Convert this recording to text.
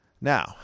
Now